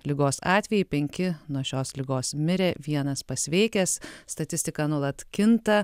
ligos atvejai penki nuo šios ligos mirė vienas pasveikęs statistika nuolat kinta